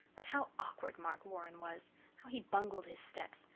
but how awkward mark warren was! how he bungled his steps!